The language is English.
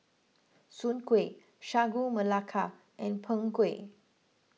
Soon Kway Sagu Melaka and Png Kueh